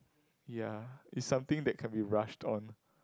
ye it's something that can be rushed on